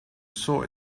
saw